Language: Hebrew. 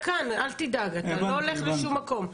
אתה כאן, אל תדאג, אתה לא הולך לשום מקום.